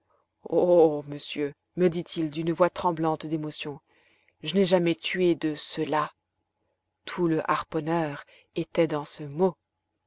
oh monsieur me dit-il d'une voix tremblante d'émotion je n'ai jamais tué de cela tout le harponneur était dans ce mot